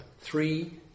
Three